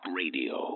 radio